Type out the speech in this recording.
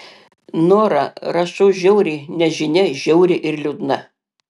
nora rašau žiauriai nes žinia žiauri ir liūdna